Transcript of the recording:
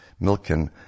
Milken